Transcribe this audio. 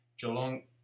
Geelong